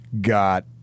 got